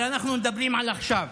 אבל אנחנו מדברים על עכשיו.